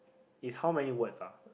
it's how many words ah